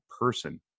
person